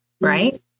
right